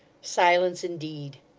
silence indeed!